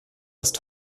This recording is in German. ist